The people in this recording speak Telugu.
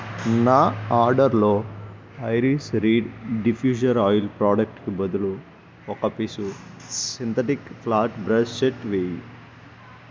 నా ఆర్డర్లో ఐరిస్ రీడ్ డిఫ్యూజర్ ఆయిల్ ప్రోడక్ట్కి బదులు ఒక piece synthetic flat brush set వేయి